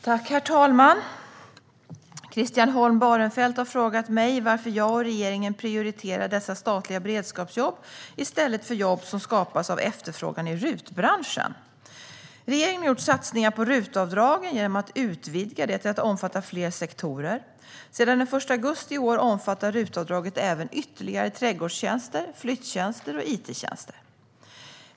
Svar på interpellationer Herr talman! Christian Holm Barenfeld har frågat mig varför jag och regeringen prioriterar dessa statliga beredskapsjobb i stället för jobb som skapas av efterfrågan i RUT-branschen. Regeringen har gjort satsningar på RUT-avdraget genom att utvidga det till att omfatta fler sektorer. Sedan den 1 augusti i år omfattar RUT-avdraget även ytterligare trädgårdstjänster, flyttjänster och it-tjänster.